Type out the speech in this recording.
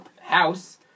house